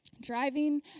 driving